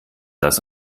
das